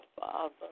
Father